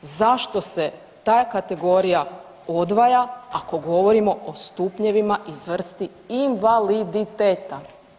Zašto se ta kategorija odvaja ako govorimo o stupnjevima i vrsti invaliditeta?